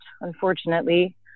unfortunately